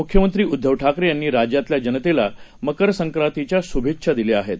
मुख्यमंत्रीउद्धवठाकरेयांनीराज्यातल्याजनतेलामकरसंक्रांतीच्याशुभेच्छादिल्याआहेत